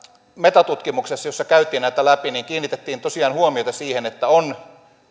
metatutkimuksessa jossa käytiin näitä läpi kiinnitettiin tosiaan huomiota siihen että